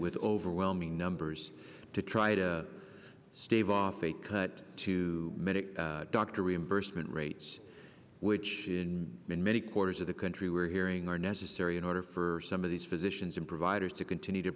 with overwhelming numbers to try to stave off a cut to medic doctor reimbursement rates which in many quarters of the country we're hearing are necessary in order for some of these physicians and providers to continue to